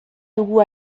dugu